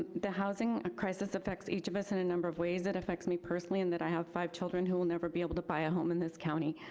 the housing crisis affects each of us in a number of ways. it affects me personally in that i have five children who will never be able to buy a home in this county.